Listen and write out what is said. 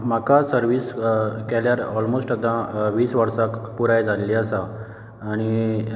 म्हाका सर्वीस केल्यार ओलमोस्ट आतां वीस वर्सां पुराय जाल्ली आसा आनी